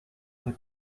paar